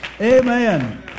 Amen